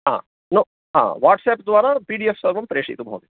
हा नो हा वाट्साप्द्वारा पि डि एफ़् सर्वं प्रेषयतु महोदय